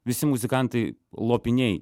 visi muzikantai lopiniai